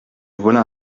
voilà